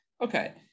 okay